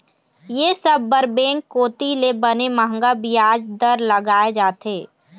ये सब बर बेंक कोती ले बने मंहगा बियाज दर लगाय जाथे